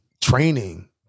Training